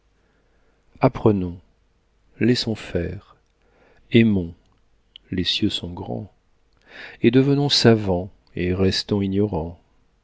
apprenons laissons faire aimons les cieux sont grands et devenons savants et restons ignorants